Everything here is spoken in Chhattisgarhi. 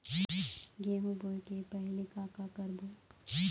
गेहूं बोए के पहेली का का करबो?